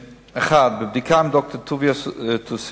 1. מבדיקה עם ד"ר טוביה טיאוסנו,